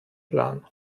plan